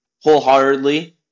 wholeheartedly